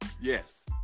Yes